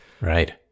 Right